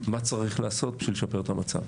מה צריך לעשות בשביל לשפר את המצב.